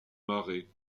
marées